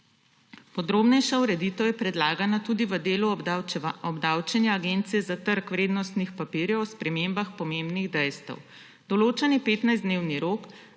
Podrobnejša ureditev je predlagana tudi v delu obdavčenja Agencije za trg vrednostnih papirjev ob spremembah pomembnih dejstev.